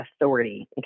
Authority